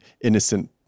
innocent